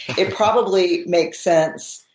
it probably makes sense.